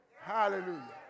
hallelujah